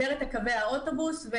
האוטובוסים,